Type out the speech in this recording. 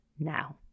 Now